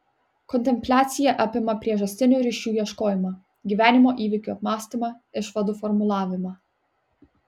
kontempliacija apima priežastinių ryšių ieškojimą gyvenimo įvykių apmąstymą išvadų formulavimą